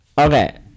Okay